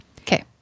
Okay